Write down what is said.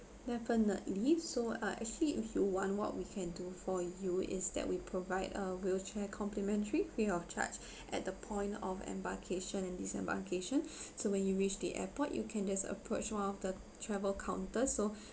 definitely so uh actually if you want what we can do for you is that we provide a wheelchair complimentary free of charge at the point of embarkation and disembarkation so when you reach the airport you can just approach one of the travel counter so